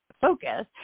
focus